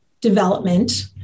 development